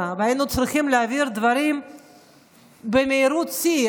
והיינו צריכים להעביר דברים במהירות שיא,